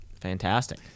Fantastic